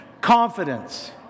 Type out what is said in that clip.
Confidence